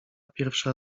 pierwsza